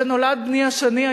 כשנולד בני השני,